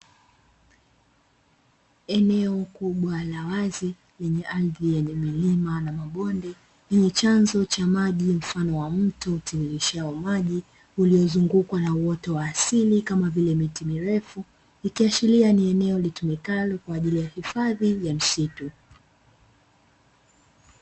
Eneo kubwa la wazi lenye ardhi yenye milima na mabonde, lenye chanzo cha maji mfano wa mto utiririshao maji, uliozungukwa na uoto wa asili kama vile miti mirefu, ikiashiria ni eneo litumikalo kwa ajili ya hifadhi ya msitu.